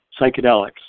psychedelics